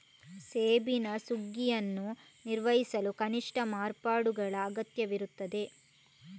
ಸೆಣಬಿನ ಸುಗ್ಗಿಯನ್ನು ನಿರ್ವಹಿಸಲು ಕನಿಷ್ಠ ಮಾರ್ಪಾಡುಗಳ ಅಗತ್ಯವಿರುತ್ತದೆ